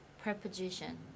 preposition